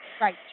Right